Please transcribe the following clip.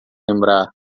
lembrar